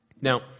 Now